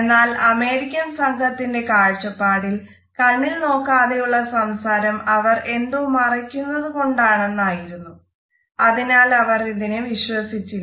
എന്നാല് അമേരിക്കൻ സംഘത്തിന്റെ കാഴ്ചപ്പാടിൽ കണ്ണിൽ നോക്കാതെയുള്ള സംസാരം അവർ എന്തോ മറക്കുന്നത് കൊണ്ടാണെന്ന് ആയിരുന്നു അതിനാൽ അവർ അത് വിശ്വസിച്ചില്ല